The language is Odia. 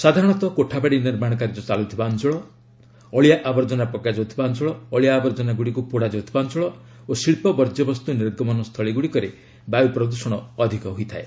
ସାଧାରଣତ କୋଠାବାଡ଼ି ନିର୍ମାଣ କାର୍ଯ୍ୟ ଚାଲୁଥିବା ଅଞ୍ଚଳ ଅଳିଆ ଆବର୍ଜନା ପକା ଯାଉଥିବା ଅଞ୍ଚଳ ଅଳିଆ ଆବର୍ଜ୍ଜନା ଗୁଡ଼ିକୁ ପୋଡ଼ା ଯାଉଥିବା ଅଞ୍ଚଳ ଓ ଶିଳ୍ପ ବର୍ଜ୍ୟବସ୍ତୁ ନିର୍ଗମନ ସ୍ଥଳୀ ଗୁଡ଼ିକରେ ବାୟୁ ପ୍ରଦୂଷଣ ଅଧିକ ହୋଇଥାଏ